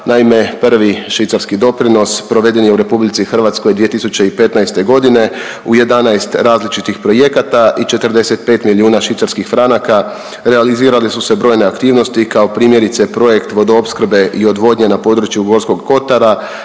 Naime, Prvi švicarski doprinos proveden je u RH 2015. godine u 11 različitih projekata i 45 milijuna švicarskih franaka. Realizirali su se brojne aktivnosti kao primjerice projekt vodoopskrbe i odvodnje na području Gorskog kotara.